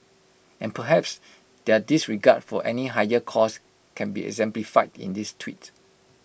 and perhaps their disregard for any higher cause can be exemplified in this tweet